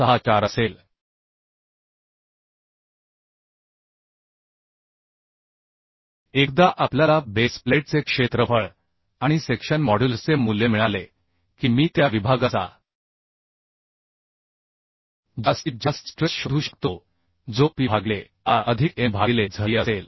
64 असेल एकदा आपल्याला बेस प्लेटचे क्षेत्रफळ आणि सेक्शन मॉड्युलसचे मूल्य मिळाले की मी त्या विभागाचा जास्तीत जास्त स्ट्रेस शोधू शकतो जो P भागिले a अधिक m भागिले Z e असेल